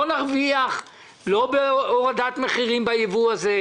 לא נרוויח מן הייבוא הזה בהורדת מחירים,